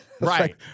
Right